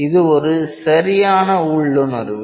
இது ஒரு சரியான உள்ளுணர்வு